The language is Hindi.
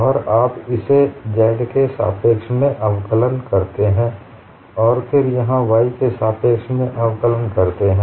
और आप इसे z के सापेक्ष में अवकलन करते हैं और फिर यहां y के सापेक्ष में अवकलन करते हैं